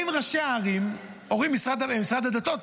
באים ראשי הערים ואומרים: משרד הדתות,